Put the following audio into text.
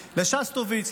לשסטוביץ,